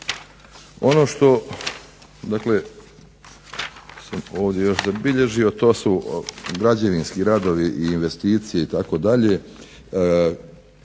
Ono što, dakle ovdje sam još zabilježio to su građevinski radovi i investicije itd.